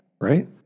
Right